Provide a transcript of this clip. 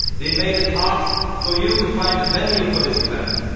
they made it hard for you to find a venue for this event.